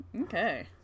Okay